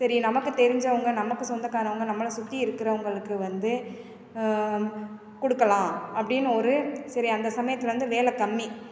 சரி நமக்கு தெரிஞ்சவங்க நமக்கு சொந்தக்காரங்க நம்ம சுற்றி இருக்கிறவங்களுக்கு வந்து கொடுக்கலாம் அப்படின்னு ஒரு சரி அந்தச் சமயத்தில் வந்து வேலை கம்மி